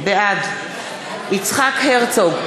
בעד יצחק הרצוג,